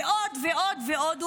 ועוד ועוד ועוד.